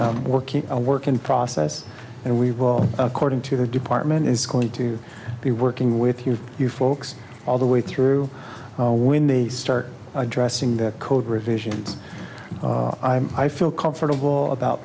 be working a work in process and we well according to the department is going to be working with you you folks all the way through when they start addressing the code revisions i feel comfortable about